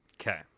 Okay